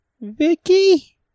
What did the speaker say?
Vicky